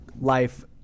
life